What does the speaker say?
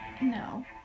No